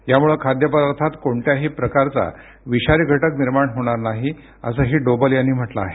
यामुळे खाद्यपदार्थात कोणत्याही प्रकारचा विषारी घटक निर्माण होणार नाही असंही डोबल यांनी म्हटलं आहे